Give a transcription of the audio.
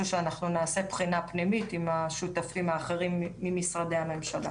יש דו"ח נוכחות שבסוף כל יום העובד חותם והמנהל חותם מעליו.